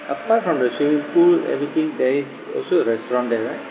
apart from the swimming pool everything there is also a restaurant there right